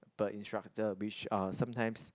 per instructor which are sometimes